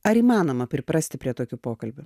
ar įmanoma priprasti prie tokių pokalbių